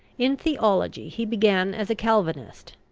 in theology he began as a calvinist,